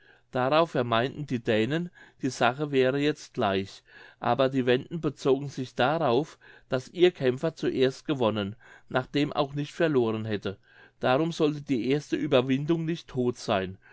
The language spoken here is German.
darauf vermeinten die dänen die sache wäre jetzt gleich aber die wenden bezogen sich darauf daß ihr kämpfer zuerst gewonnen nachdem auch nicht verloren hätte darum sollte die erste ueberwindung nicht todt sein